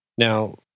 Now